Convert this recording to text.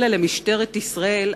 אלא למשטרת ישראל.